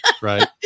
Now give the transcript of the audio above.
right